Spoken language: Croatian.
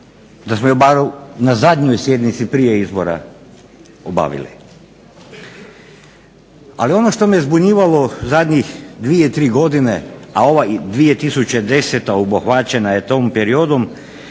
da smo ju bar na zadnjoj sjednici prije izbora nabavili. Ono što me zbunjivalo zadnje dvije, tri godine, a ova 2010. obuhvaćena je tom periodu